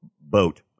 boat